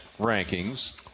rankings